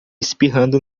espirrando